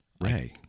Ray